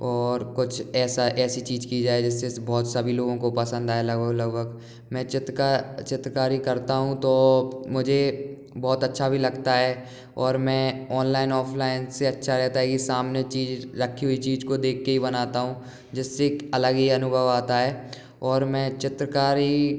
और कुछ ऐसा ऐसी चीज की जाए जिससे बहुत सभी लोगों को पसंद आए लगभग लगभग मैं चित्र का चित्रकारी करता हूँ तो मुझे बहुत अच्छा भी लगता है और मैं ऑनलाइन ऑफलाइन से अच्छा रहता है कि सामने चीज रखी हुई चीज को देख कर ही बनाता हूँ जिससे एक अलग ही अनुभव आता है और मैं चित्रकारी